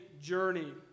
journey